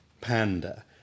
Panda